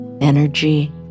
energy